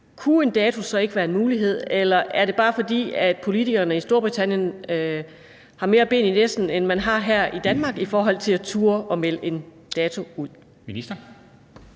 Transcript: kunne det så ikke være en mulighed at komme med en dato? Eller er det bare, fordi politikerne i Storbritannien har mere mod, end man har her i Danmark, i forhold til at turde melde en dato ud?